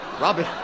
Robin